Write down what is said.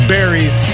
Berries